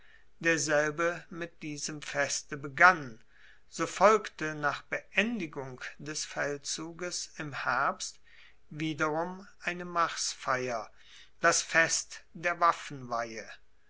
derselbe mit diesem feste begann so folgte nach beendigung des feldzuges im herbst wiederum eine marsfeier das fest der waffenweihe